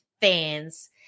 fans